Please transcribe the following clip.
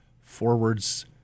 forwards